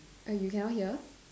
uh you cannot hear